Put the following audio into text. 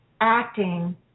acting